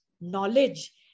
knowledge